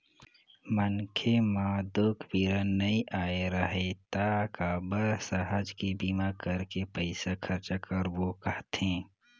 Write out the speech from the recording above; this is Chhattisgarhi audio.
मनखे म दूख पीरा नइ आय राहय त काबर सहज के बीमा करके पइसा खरचा करबो कहथे